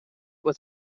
was